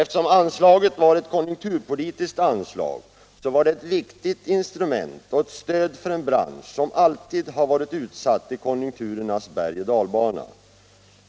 Eftersom det var ett konjunkturpolitiskt anslag var det ett viktigt instrument och ett stöd för en bransch som alltid har varit utsatt i konjunkturernas berg och dalbana.